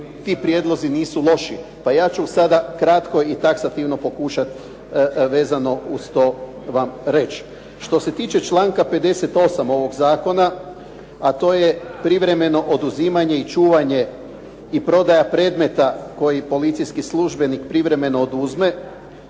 ti prijedlozi nisu loši. Pa ja ću sada kratko i taksativno pokušati vezano uz to vam reći. Što se tiče članka 58. ovog zakona, a to je privremeno oduzimanje i čuvanje i prodaja predmeta koji policijski službenik privremeno oduzme,